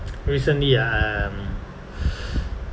recently ah um